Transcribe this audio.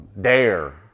Dare